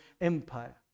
Empire